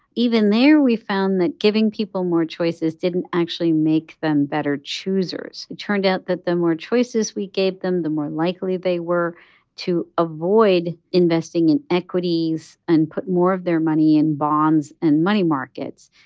even there we found that giving people more choices didn't actually make them better choosers. it turned out that the more choices we gave them, the more likely they were to avoid investing in equities and put more of their money in bonds and money markets.